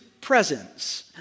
presence